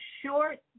short